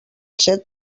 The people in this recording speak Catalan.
set